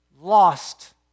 lost